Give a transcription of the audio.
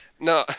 No